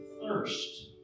thirst